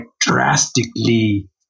drastically